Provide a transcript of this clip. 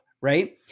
Right